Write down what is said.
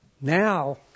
Now